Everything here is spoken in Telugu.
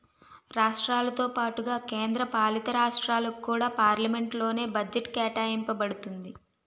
రాష్ట్రాలతో పాటుగా కేంద్ర పాలితరాష్ట్రాలకు కూడా పార్లమెంట్ లోనే బడ్జెట్ కేటాయింప బడుతుంది